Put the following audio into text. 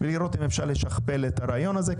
ולראות אם אפשר לשכפל את הרעיון הזה.